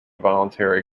voluntary